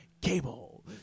Cable